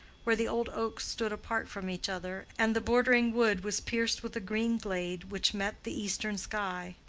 where the old oaks stood apart from each other, and the bordering wood was pierced with a green glade which met the eastern sky.